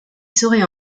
serait